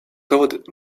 told